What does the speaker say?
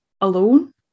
alone